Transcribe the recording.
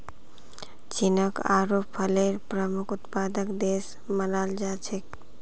चीनक आडू फलेर प्रमुख उत्पादक देश मानाल जा छेक